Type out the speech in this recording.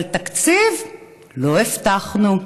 אבל תקציב לא הבטחנו.